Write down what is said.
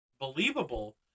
believable